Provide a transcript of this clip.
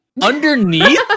underneath